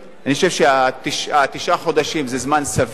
אני חושב שתשעת החודשים הם זמן סביר.